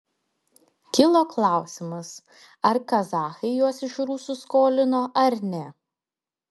kilo klausimas ar kazachai juos iš rusų skolino ar ne